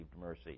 mercy